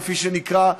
כפי שנקרא,